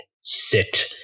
sit